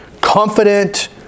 confident